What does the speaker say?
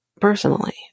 Personally